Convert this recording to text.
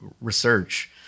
research